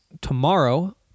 tomorrow